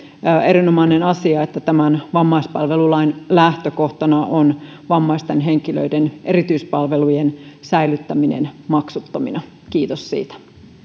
erinomainen asia että tämän vammaispalvelulain lähtökohtana on vammaisten henkilöiden erityispalvelujen säilyttäminen maksuttomina kiitos siitä